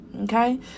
Okay